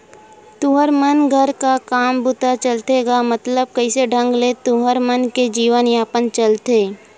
तुँहर मन घर का काम बूता चलथे गा मतलब कइसे ढंग ले तुँहर मन के जीवन यापन चलथे?